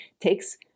takes